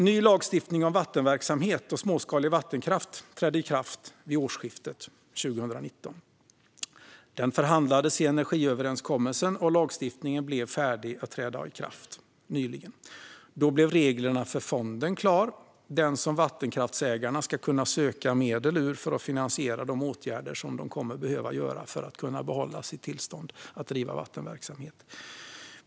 Ny lagstiftning om vattenverksamhet och småskalig vattenkraft trädde i kraft vid årsskiftet 2018/2019. Den förhandlades i energiöverenskommelsen, och lagstiftningen blev färdig att träda i kraft nyligen. Då blev reglerna för fonden klar, det vill säga den fond som vattenkraftsägarna ska kunna söka medel ur för att finansiera de åtgärder de kommer att behöva vidta för att kunna behålla sitt tillstånd att bedriva vattenverksamhet.